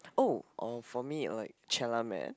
oh uh for me like Chalamet